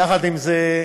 יחד עם זה,